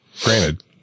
Granted